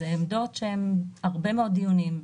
אלה עמדות שהושמעו בהרבה מאוד דיונים.